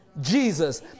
Jesus